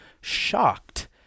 shocked